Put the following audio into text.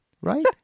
right